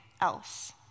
else